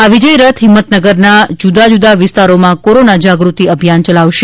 આ વિજય રથ હિંમતનગરના જુદા જુદા વિસ્તારોમાં કોરોના જાગૃતિ અભિયાન ચલાવશે